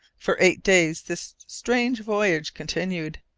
for eight days this strange voyage continued,